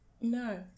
no